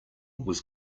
was